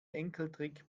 enkeltrick